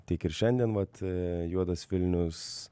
tiek ir šiandien vat juodas vilnius